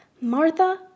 Martha